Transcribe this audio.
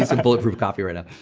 ah some bulletproof coffee right now